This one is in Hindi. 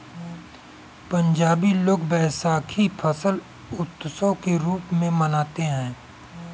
पंजाबी लोग वैशाखी फसल उत्सव के रूप में मनाते हैं